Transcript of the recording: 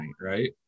right